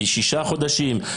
שישה חודשים,